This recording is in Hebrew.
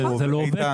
אבל זה פשוט לא עובד.